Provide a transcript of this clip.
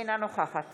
אינה נוכחת